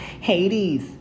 Hades